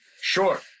Sure